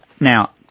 Now